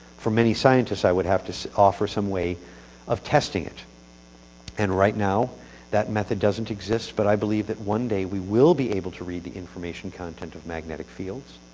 for many scientists, i would have to offer some way of testing it and right now that method doesn't exist. but, i believe that one day we will be able to read the information content of magnetic fields,